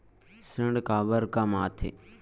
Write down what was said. ऋण काबर कम आथे?